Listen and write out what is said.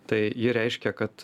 tai ji reiškia kad